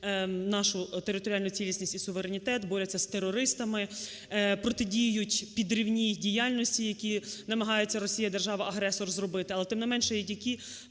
нашу територіальну цілісність і суверенітет, борються з терористами, протидіють підривній діяльності, які намагаються Росія держава-агресор зробити, але, тим не менше, які